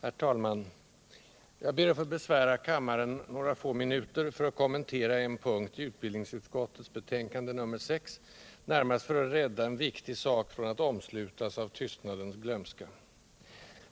Herr talman! Jag ber att få besvära kammaren några få minuter för att kommentera en punkt i utbildningsutskottets betänkande nr 6, närmast för att rädda en viktig sak från att omslutas av tystnadens glömska.